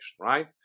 right